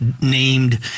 named